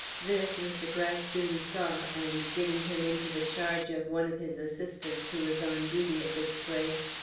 this mr. gryce soon saw, and giving him into the charge of one of his assistants who was on duty at this place,